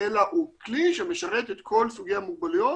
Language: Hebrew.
אלא הוא כלי שמשרת את כל סוגי המוגבלויות